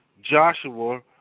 Joshua